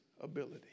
ability